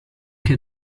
che